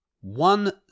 one